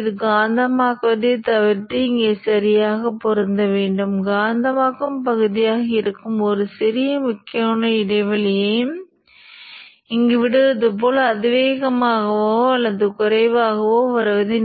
இந்த ஸ்பைக்கைத் தவிர்க்க R இன் மதிப்பு மிகக் குறைவாக இருக்கக் கூடாது என்ற மற்றொரு கட்டுப்பாடு உள்ளது இது மிகக் குறைவாக இருப்பதால் இந்தச் சிதைவுக்கு